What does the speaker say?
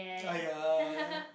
!aiya!